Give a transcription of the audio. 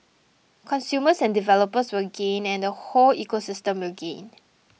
consumers and developers will gain and the whole ecosystem will gain